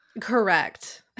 correct